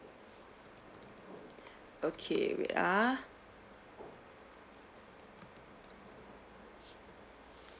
okay wait ah